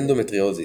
אנדומטריוזיס,